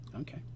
Okay